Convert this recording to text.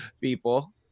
people